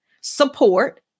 Support